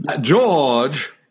George